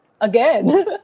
again